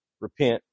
repent